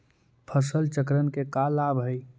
फसल चक्रण के का लाभ हई?